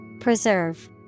Preserve